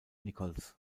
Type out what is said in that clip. nichols